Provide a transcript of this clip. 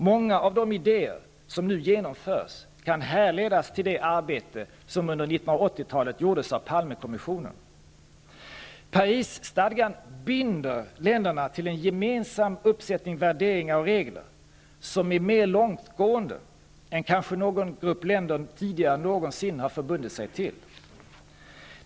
Många av de idéer som nu genomförs kan härledas till det arbete som under Parisstadgan binder länderna till en gemensam uppsättning värderingar och regler som är mer långtgående än kanske någon grupp länder tidigare någonsin har förbundit sig till.